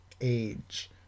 age